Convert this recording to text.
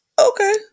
Okay